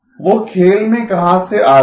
वो खेल में कहां से आ गए